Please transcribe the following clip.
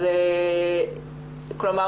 כלומר,